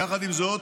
יחד עם זאת,